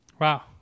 Wow